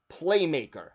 playmaker